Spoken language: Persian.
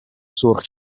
سرخ